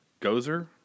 Gozer